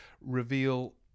reveal